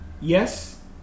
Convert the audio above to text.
yes